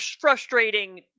frustrating